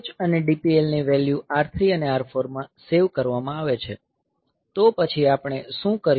DPH અને DPL ની value R3 અને R4 માં સેવ કરવામાં આવે છે તો પછી આપણે શું કરીએ